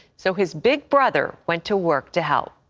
so his big brother went to work to help.